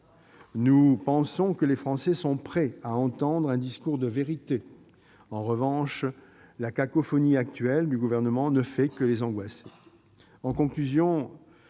Nous pensons que les Français sont prêts à entendre un discours de vérité. En revanche, la cacophonie gouvernementale actuelle ne fait que les angoisser.